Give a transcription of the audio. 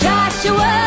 Joshua